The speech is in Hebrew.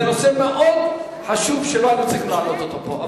זה נושא מאוד חשוב שלא היו צריכים להעלות אותו פה.